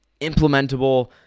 implementable